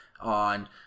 on